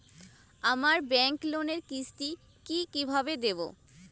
আমার ব্যাংক লোনের কিস্তি কি কিভাবে দেবো?